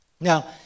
Now